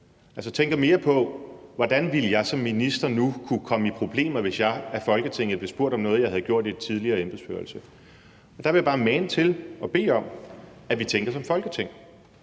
altså tænker mere på: Hvordan ville jeg som minister nu kunne komme i problemer, hvis jeg af Folketinget blev spurgt om noget, jeg havde gjort i en tidligere embedsførelse? Der vil jeg bare mane til og bede om, at vi tænker som Folketing.